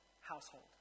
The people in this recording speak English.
household